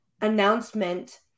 announcement